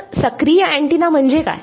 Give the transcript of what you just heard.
तर सक्रिय अँटीना म्हणजे काय